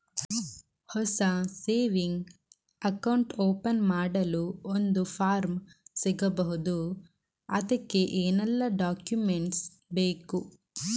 ಹೊಸ saving account open ಮಾಡಲು ಒಂದು ಫಾರ್ಮ್ ಸಿಗಬಹುದು? ಅದಕ್ಕೆ ಏನೆಲ್ಲಾ ಡಾಕ್ಯುಮೆಂಟ್ಸ್ ಬೇಕು?